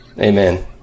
Amen